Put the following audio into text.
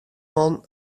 man